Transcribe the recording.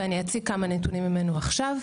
ואני אציג כמה נתונים ממנו עכשיו.